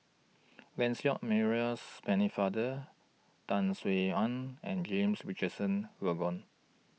Lancelot Maurice Pennefather Tan Sin Aun and James Richardson Logan